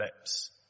lips